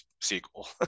sequel